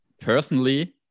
personally